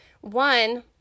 One